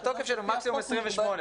התוקף שלו מקסימום 28,